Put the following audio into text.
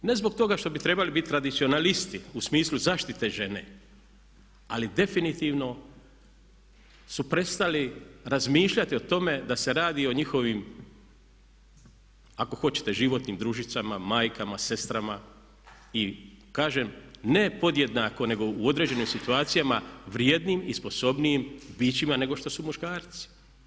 Ne zbog toga što bi trebali biti tradicionalisti u smislu zaštite žene ali definitivno su prestali razmišljati o tome da se radi o njihovim ako hoćete životnim družicama, majkama, sestrama i kažem ne podjednako nego u određenim situacijama vrijednim i sposobnijim bićima nego što su muškarci.